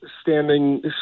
standing